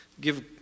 give